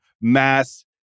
mass